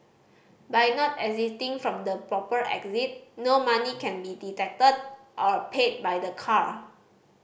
by not exiting from the proper exit no money can be deducted or paid by the car